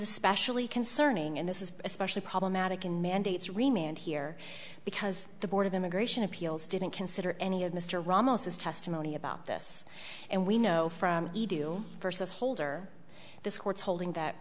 especially concerning and this is especially problematic in mandates remained here because the board of immigration appeals didn't consider any of mr ramos as testimony about this and we know from you first of holder this court's holding that